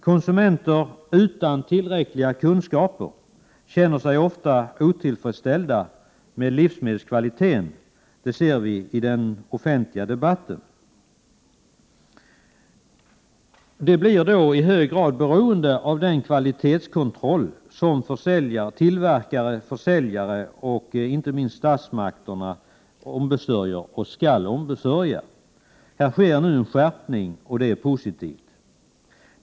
Konsumenter utan tillräckliga kunskaper känner sig ofta otillfredsställda med livsmedelskvaliteten, det framkommer i den offentliga debatten. Konsumenterna blir i hög grad beroende av den kvalitetskontroll som tillverkare, försäljare och inte minst statsmakterna ombesörjer. Det sker nu en skärpning av denna kontroll, vilket är positivt.